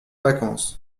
vacances